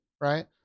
right